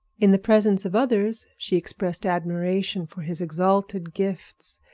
in the presence of others she expressed admiration for his exalted gifts,